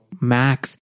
max